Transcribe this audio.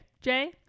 jay